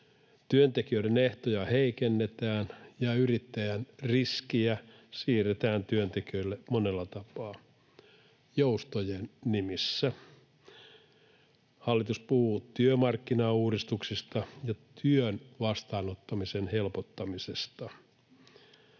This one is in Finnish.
Työntekijöiden ehtoja heikennetään ja yrittäjän riskiä siirretään työntekijöille monella tapaa joustojen nimissä. Hallitus puhuu työmarkkinauudistuksista ja työn vastaanottamisen helpottamisesta.